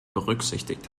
berücksichtigt